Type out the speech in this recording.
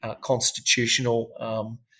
constitutional